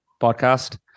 podcast